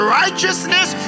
righteousness